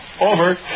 Over